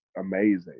amazing